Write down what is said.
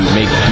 make